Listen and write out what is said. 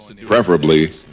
preferably